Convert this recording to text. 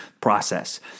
process